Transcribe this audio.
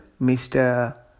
Mr